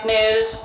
News